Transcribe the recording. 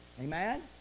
Amen